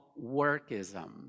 workism